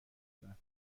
کنند